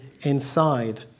inside